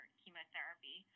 chemotherapy